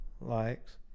likes